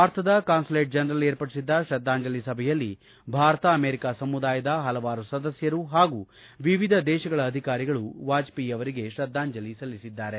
ಭಾರತದ consulate general ಏರ್ಪಡಿಸಿದ್ದ ತ್ರದ್ಲಾಂಜಲಿ ಸಭೆಯಲ್ಲಿ ಭಾರತ ಅಮೆರಿಕಾ ಸಮುದಾಯದ ಹಲವಾರು ಸದಸ್ಖರು ಹಾಗೂ ವಿವಿಧ ದೇಶಗಳ ಅಧಿಕಾರಿಗಳು ವಾಜಪೇಯಿ ಅವರಿಗೆ ತ್ರದ್ದಾಂಜಲಿ ಸಲ್ಲಿಸಿದ್ದಾರೆ